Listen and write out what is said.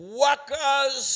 workers